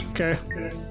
Okay